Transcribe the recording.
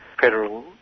federal